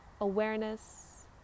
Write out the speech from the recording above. awareness